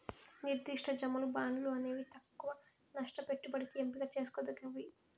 నిర్దిష్ట జమలు, బాండ్లు అనేవి తక్కవ నష్ట పెట్టుబడికి ఎంపిక చేసుకోదగ్గవి